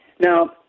Now